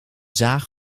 zaag